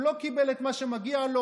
הוא לא קיבל את מה שמגיע לו,